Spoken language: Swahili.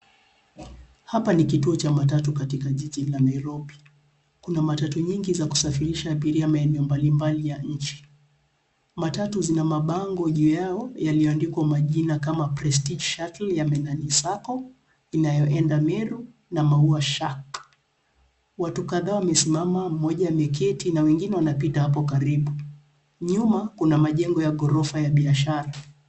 Hapa ni kituo cha matatu katika jiji la Nairobi. Kuna matatu nyingi za kusafirisha abiria maeneo mbalimbali ya inchi. Matatu zina mabango juu yao, yaliyo andikwa majina kama prestige shuttle ya menany saccco , inayoenda meru na maua shark . Watu kadhaa wamesimama mmoja ameketi na wengine wanapita hapo karibu. Nyuma kuna majengo ya gorofa ya biashara.